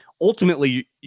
ultimately